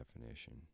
definition